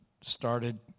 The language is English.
started